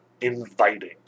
inviting